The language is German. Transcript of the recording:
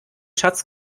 schatz